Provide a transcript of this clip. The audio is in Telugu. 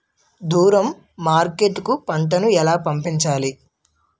దూరం మార్కెట్ కు పంట ను ఎలా పంపించాలి?